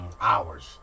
hours